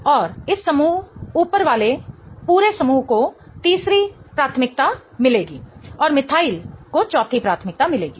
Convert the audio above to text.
और इस समूह ऊपर वाले पूरे समूह को तीसरी प्राथमिकता मिलेगी और मिथाइल को चौथी प्राथमिकता मिलेगी